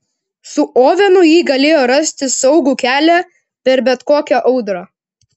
su ovenu ji galėjo rasti saugų kelią per bet kokią audrą